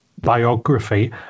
biography